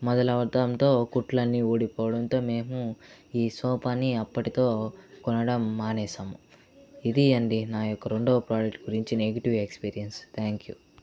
మొదలవడంతో కుట్లన్నీ ఊడిపోవడంతో మేము ఈ సోఫాని అప్పటితో కొనడం మానేశాము ఇది అండి నా యొక్క రెండొవ ప్రోడక్ట్ గురించి నెగిటివ్ ఎక్స్పీరియన్స్ థ్యాంక్ యు